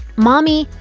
mommy,